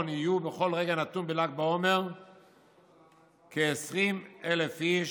יהיו בכל רגע נתון בל"ג בעומר כ-20,000 איש,